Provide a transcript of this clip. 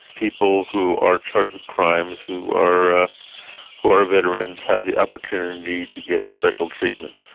people who are charged with crimes who are who are veterans have the opportunity to get special treatment,